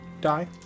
die